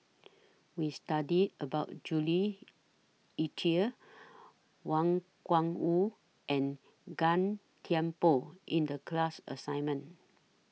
We studied about Jules Itier Wang Gungwu and Gan Thiam Poh in The class assignment